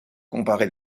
comparer